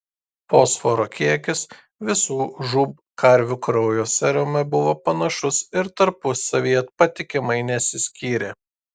fosforo kiekis visų žūb karvių kraujo serume buvo panašus ir tarpusavyje patikimai nesiskyrė